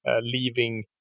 leaving